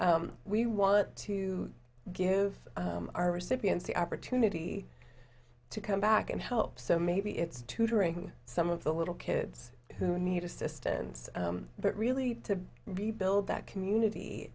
we want to give our recipients the opportunity to come back and help so maybe it's tutoring some of the little kids who need assistance but really to rebuild that community